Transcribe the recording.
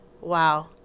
Wow